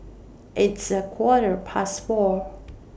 its A Quarter Past four